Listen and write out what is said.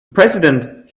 president